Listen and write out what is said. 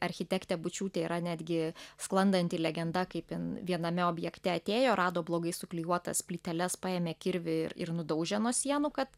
architektė bučiūtė yra netgi sklandanti legenda kaip ji viename objekte atėjo rado blogai suklijuotas plyteles paėmė kirvį ir ir nudaužė nuo sienų kad